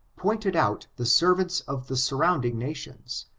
pointed out the servants of the surround ing nations,